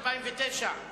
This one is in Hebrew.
2009,